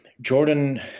Jordan